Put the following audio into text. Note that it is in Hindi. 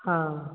हाँ